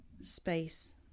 space